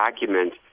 document